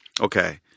okay